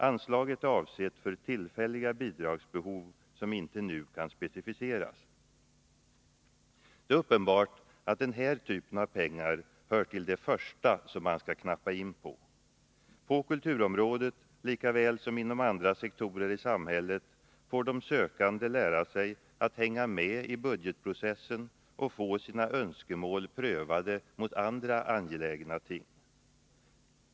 Anslaget är avsett för tillfälliga bidragsbehov som inte nu kan specificeras. Det är uppenbart att den här typen av pengar hör till det första som man skall knappa in på. På kulturområdet lika väl som inom andra sektorer i samhället får de sökande lära sig att hänga med i budgetprocessen och få sina önskemål prövade mot andra angelägna ting.